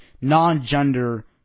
non-gender